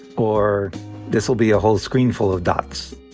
or this'll be a whole screen full of dots.